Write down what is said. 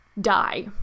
die